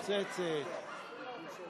הייתי פה.